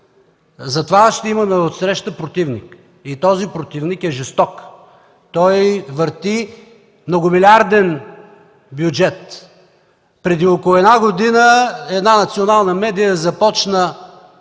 За това ще имаме отсреща противник и той е жесток. Той върти многомилиарден бюджет. Преди около година една национална медия започна